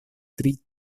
tri